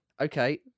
Okay